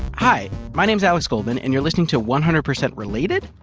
hi, my name's alex goldman, and you're listening to one hundred percent related?